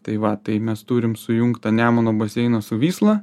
tai va tai mes turim sujungtą nemuno baseiną su vysla